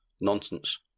Nonsense